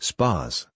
Spas